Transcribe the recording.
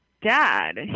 Dad